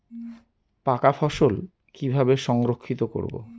পাকা ফসল কিভাবে সংরক্ষিত করব?